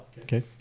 Okay